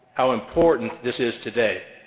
how important this is today.